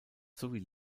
sowie